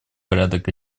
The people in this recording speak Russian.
порядок